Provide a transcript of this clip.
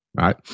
right